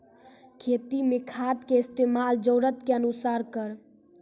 खेती मे खाद के इस्तेमाल जरूरत के अनुसार करऽ